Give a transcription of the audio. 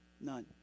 None